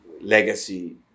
legacy